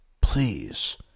Please